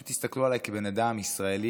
פשוט הסתכלו עליי כבן אדם ישראלי,